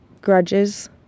grudges